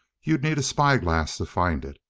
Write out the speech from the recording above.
you'd need a spyglass to find it,